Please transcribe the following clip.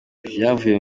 ivyavuye